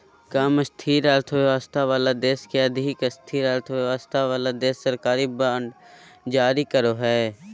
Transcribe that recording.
कम स्थिर अर्थव्यवस्था वाला देश के अधिक स्थिर अर्थव्यवस्था वाला देश सरकारी बांड जारी करो हय